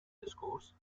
discourse